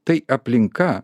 tai aplinka